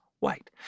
white